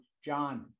John